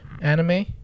Anime